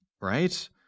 right